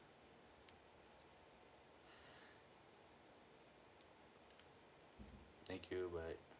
thank you bye